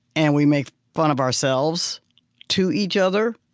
and we make fun of ourselves to each other.